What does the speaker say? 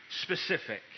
specific